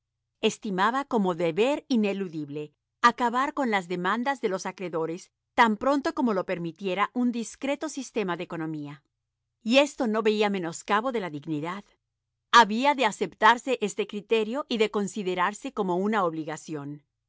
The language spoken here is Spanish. estimaba como deber ineludible acabar con las demandas de los acreedores tan pronto como lo permitiera un discreto sistema de economía y en esto no veía menoscabo de la dignidad había de aceptarse este criterio y de considerársele como una obligación